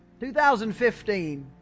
2015